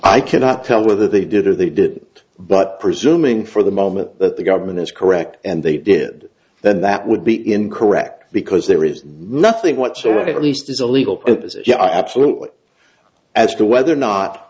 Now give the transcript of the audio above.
i cannot tell whether they did or they didn't but presuming for the moment that the government is correct and they did then that would be incorrect because there is nothing whatsoever at least as illegal purposes yeah absolutely as to whether or not